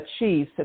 achieve